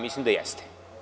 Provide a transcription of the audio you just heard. Mislim da jeste.